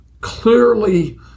Clearly